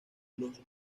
los